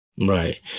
Right